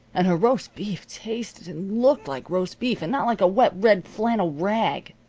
and her roast beef tasted and looked like roast beef, and not like a wet red flannel rag.